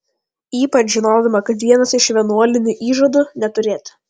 ypač žinodama kad vienas iš vienuolinių įžadų neturėti